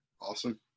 Awesome